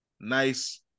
Nice